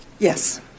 Yes